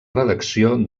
redacció